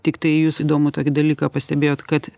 tiktai jūs įdomų tokį dalyką pastebėjot kad